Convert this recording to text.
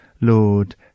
lord